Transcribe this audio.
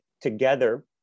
together